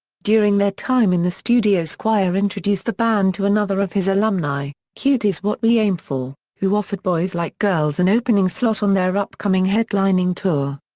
during their time in the studio squire introduced the band to another of his alumni, cute is what we aim for, who offered boys like girls an opening slot on their upcoming headlining tour.